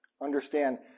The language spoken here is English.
Understand